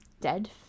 Dead